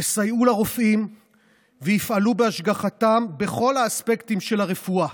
יסייעו לרופאים ויפעלו בהשגחתם בכל האספקטים של הרפואה: